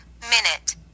minute